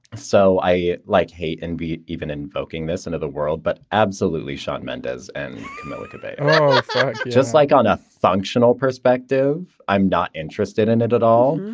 so i like, hate and be even invoking this end and of the world, but absolutely shocked mendez and america. just like on a functional perspective, i'm not interested in it at all.